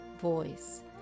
voice